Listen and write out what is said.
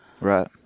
Right